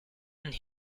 and